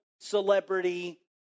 celebrity